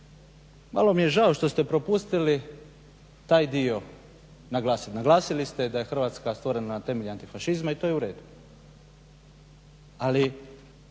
malo mi je žao što ste propustili taj dio naglasiti. Naglasili ste da je Hrvatska stvorena na temelju antifašizma i to je uredu, ali